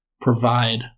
provide